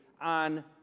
on